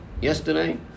yesterday